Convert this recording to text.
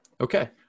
Okay